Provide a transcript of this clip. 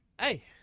Hey